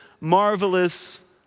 marvelous